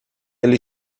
ele